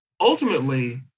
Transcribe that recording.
ultimately